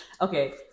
okay